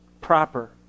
proper